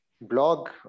blog